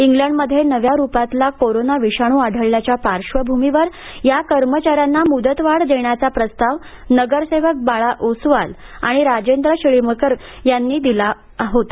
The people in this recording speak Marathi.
इंग्लंडमध्ये नव्या रूपातला कोरोना विषाणू आढळल्याच्या पार्श्वभूमीवर या कर्मचाऱ्यांना मुदतवाढ देण्याचा प्रस्ताव नगरसेवक बाळा ओसवाल आणि राजेंद्र शिळीमकर यांनी दिला होता